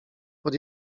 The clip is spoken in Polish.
pod